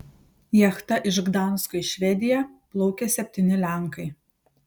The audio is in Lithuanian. jachta iš gdansko į švediją plaukė septyni lenkai